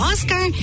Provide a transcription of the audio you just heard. Oscar